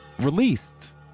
released